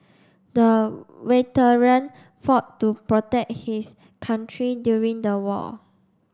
the veteran fought to protect his country during the war